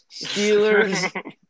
Steelers